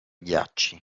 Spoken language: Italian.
ghiacci